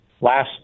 last